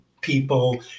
people